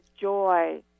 joy